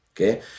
Okay